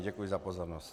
Děkuji za pozornost.